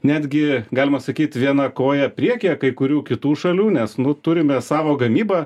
netgi galima sakyt viena koja priekyje kai kurių kitų šalių nes nu turime savo gamybą